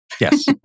Yes